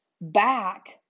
back